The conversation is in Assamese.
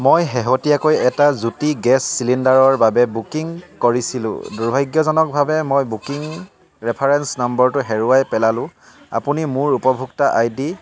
মই শেহতীয়াকৈ এটা জ্যোতি গেছ চিলিণ্ডাৰৰ বাবে বুকিং কৰিছিলোঁ দুৰ্ভাগ্যজনকভাৱে মই বুকিং ৰেফাৰেঞ্চ নম্বৰটো হেৰুৱাই পেলালোঁ আপুনি মোৰ উপভোক্তা আই ডি